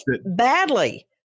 badly